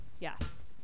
Yes